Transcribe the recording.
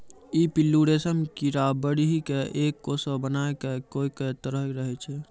ई पिल्लू रेशम कीड़ा बढ़ी क एक कोसा बनाय कॅ कोया के तरह रहै छै